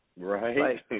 Right